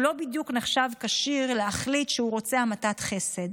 הוא לא בדיוק נחשב כשיר להחליט שהוא רוצה המתת חסד.